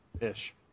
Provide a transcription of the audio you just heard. ish